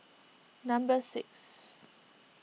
number six